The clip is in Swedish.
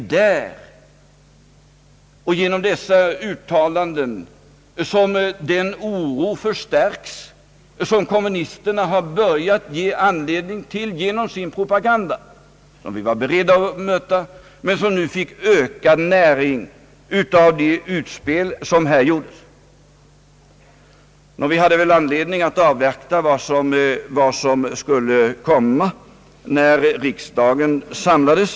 Det är genom dessa uttalanden som den oro förstärks som kommunisterna har börjat ge anledning till genom sin propaganda — en oro som vi var beredda att möta men som nu fick ökad näring av det utspel som här gjordes. Vi hade väl anledning att avvakta vad som skulle komma när riksdagen samlades.